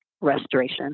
restoration